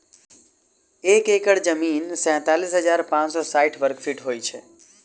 एक एकड़ जमीन तैँतालिस हजार पाँच सौ साठि वर्गफीट होइ छै